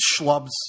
Schlub's